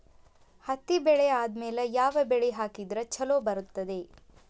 ಹತ್ತಿ ಬೆಳೆ ಆದ್ಮೇಲ ಯಾವ ಬೆಳಿ ಹಾಕಿದ್ರ ಛಲೋ ಬರುತ್ತದೆ?